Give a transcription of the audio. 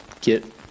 get